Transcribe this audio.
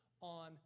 on